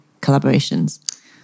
collaborations